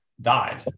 died